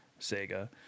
Sega